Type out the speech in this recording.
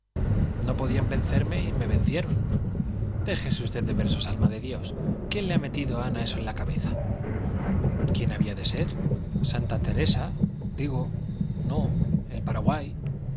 no podían vencerme y me vencieron déjese usted de versos alma de dios quién le ha metido a ana eso en la cabeza quién había de ser santa teresa digo no el paraguay